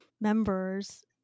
members